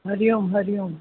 Hari Om Hari Om